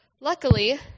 Luckily